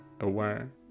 aware